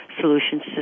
solutions